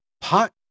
pot